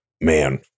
Man